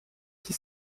qui